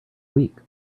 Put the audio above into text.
week